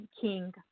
King